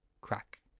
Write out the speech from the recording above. Crack